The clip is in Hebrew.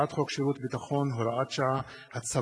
הצעת חוק שירות ביטחון (הוראת שעה) (הצבת